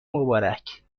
مبارک